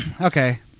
okay